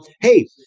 Hey